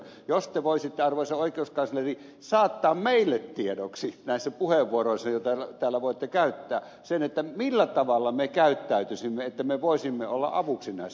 jos te voisitte arvoisa oikeuskansleri saattaa meille tiedoksi näissä puheenvuoroissanne joita täällä voitte käyttää millä tavalla me käyttäytyisimme jotta me voisimme olla avuksi näissä tapauksissa